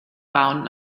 bauen